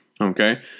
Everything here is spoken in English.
Okay